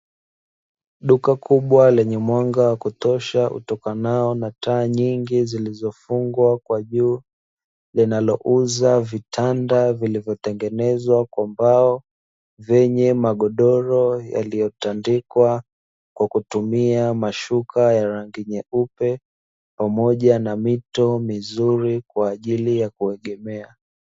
Dukakubwa lenye mwanga wa kutosha utokanao na taa nyingi zilizofungwa kwa juu, linalouza vitanda vilivyotengenezwa kwa mbao; vyenye magodoro yaliyotandikwa kwa kutumia mashuka ya rangi nyeupe pamoja na mito mizuri kwa ajili ya kuegemea.